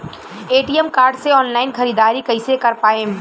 ATM card से online ख़रीदारी कइसे कर पाएम?